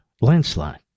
landslide